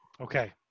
okay